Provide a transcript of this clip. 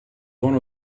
one